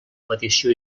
petició